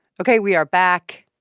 ok. we are back.